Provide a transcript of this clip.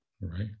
right